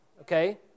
okay